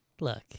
Look